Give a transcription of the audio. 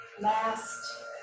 last